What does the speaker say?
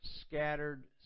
scattered